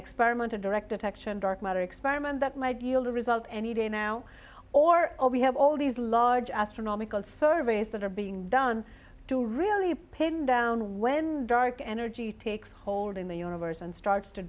experiment of direct action dark matter experiment that might yield a result any day now or we have all these large astronomical surveys that are being done to really pin down when dark energy takes hold in the universe and starts to